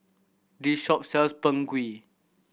this shop sells Png Kueh